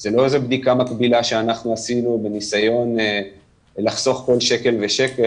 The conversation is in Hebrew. זו לא איזו בדיקה מקבילה שאנחנו עשינו בניסיון לחסוך כל שקל ושקל,